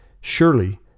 Surely